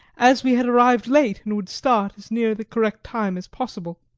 as we had arrived late and would start as near the correct time as possible.